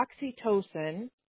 oxytocin